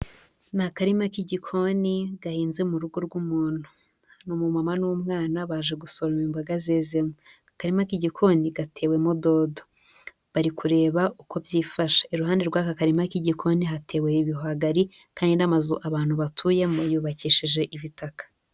Ni akarima k'igikoni gahinze mu rugo rw'umuntu, n'umumama n'umwana baje gusoroma imboga zezemo, akarima k'igikoni gatewemo dodo, bari kureba uko byifashe, iruhande rw'aka karima k'igikoni hatewe ibihwagari, kandi n'amazu abantu batuyemo yubakishije ibitaka.